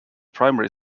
primary